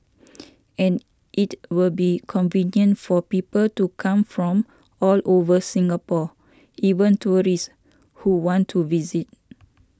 and it will be convenient for people to come from all over Singapore even tourists who want to visit